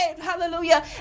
Hallelujah